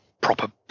proper